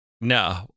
No